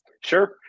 Sure